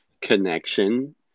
connection